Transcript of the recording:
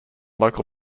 local